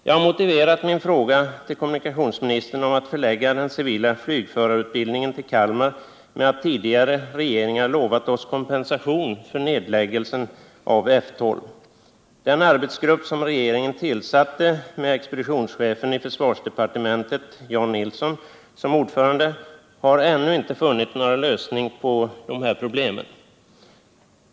Jag har motiverat min fråga till kommunikationsministern om att förlägga den civila flygförarutbildningen till Kalmar med att tidigare regeringar lovat oss kompensation för nedläggning av F 12. Den arbetsgrupp som regeringen tillsatte med expeditionschefen i försvarsdepartementet, Jan Nilsson, som ordförande har ännu inte funnit någon lösning på problemen.